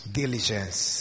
diligence